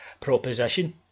proposition